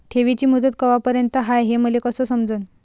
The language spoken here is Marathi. ठेवीची मुदत कवापर्यंत हाय हे मले कस समजन?